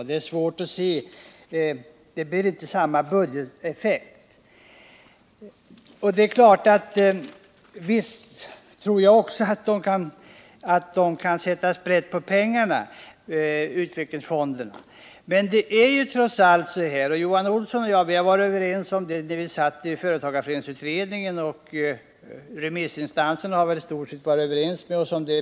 På det sättet blir anslaget svårt att se; man får inte samma budgeteffekt. Visst tror jag att utvecklingsfonderna kan sätta sprätt på de här pengarna. Men Johan Olsson och jag har i företagareföreningsutredningen varit överens om att fonderna skall växa ut i något så när rimlig takt, och remissinstanserna gav oss i stort sett rätt i det.